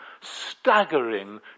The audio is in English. staggering